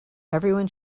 everyone